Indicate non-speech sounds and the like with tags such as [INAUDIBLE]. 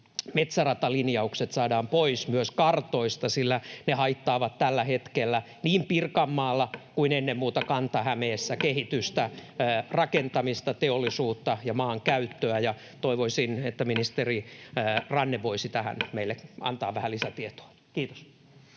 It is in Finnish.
metsäratalinjaukset saadaan pois myös kartoista, sillä ne haittaavat tällä hetkellä niin Pirkanmaalla [NOISE] kuin ennen muuta Kanta-Hämeessä kehitystä, [Tuomas Kettunen: Turun tunnin juna!] rakentamista, teollisuutta ja maankäyttöä. Toivoisin, että ministeri Ranne voisi nyt meille antaa tästä vähän lisätietoa. — Kiitos.